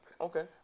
Okay